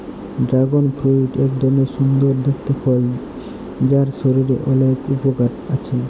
dragon fruit এক ধরলের সুন্দর দেখতে ফল যার শরীরের অলেক উপকার আছে